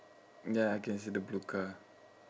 ya I can see the blue car